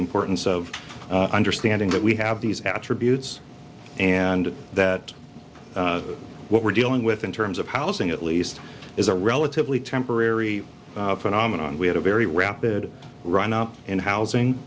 the importance of understanding that we have these attributes and that what we're dealing with in terms of housing at least is a relatively temporary phenomenon we had a very rapid run up in housing